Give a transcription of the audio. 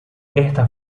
esta